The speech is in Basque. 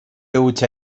hutsa